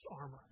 armor